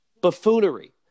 Buffoonery